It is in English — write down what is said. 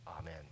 Amen